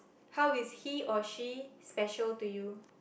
how is he or she special to you